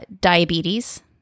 diabetes